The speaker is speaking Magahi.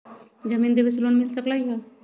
जमीन देवे से लोन मिल सकलइ ह?